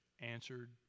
Answered